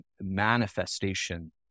manifestation